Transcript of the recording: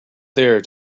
there